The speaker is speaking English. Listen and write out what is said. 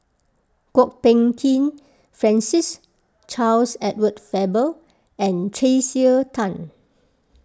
Kwok Peng Kin Francis Charles Edward Faber and Tracey Tan